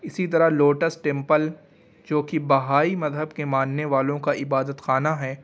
اسی طرح lotus temple جوکہ بہائی مذہب کے ماننے والوں کا عبادت خانہ ہے